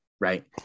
right